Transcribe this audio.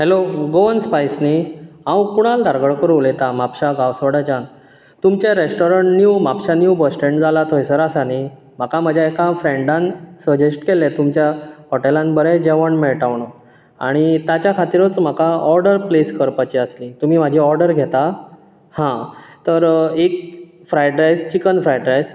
hello Goan spice न्ही हांव कुणाल धारवाडकर उलयता म्हापसा गांवसवाड्याच्यान तुमचें रेस्टोरंट निव्ह म्हापश्या निव्ह बस स्टेंड जाला थंयसर आसा न्ही म्हाका म्हज्या एका फ्रेडांन सजेस्ट केल्लें तुमच्या हॉटेंलान बरें जेवण मेळटा म्हणून आनी ताच्या खातीरूच म्हाका ऑर्डर प्लेस करपाची आसली तुमी म्हाजी ऑर्डर घेता हां तर एक चिकन फ्रायड रायस